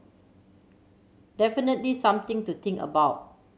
definitely something to think about